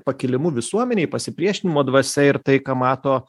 pakilimu visuomenei pasipriešinimo dvasia ir tai ką mato